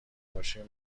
باشه